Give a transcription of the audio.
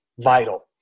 vital